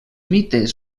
mites